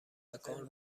مکان